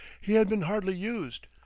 he had been hardly used.